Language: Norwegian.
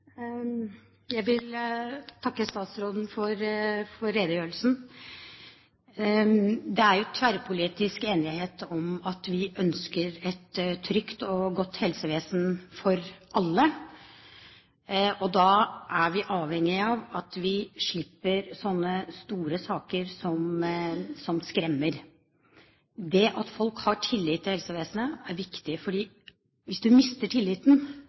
tverrpolitisk enighet om at vi ønsker et trygt og godt helsevesen for alle. Da er vi avhengige av at vi unngår slike store saker som skremmer. At folk har tillit til helsevesenet, er viktig. Hvis man mister tilliten